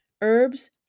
Herbs